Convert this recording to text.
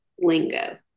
lingo